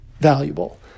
valuable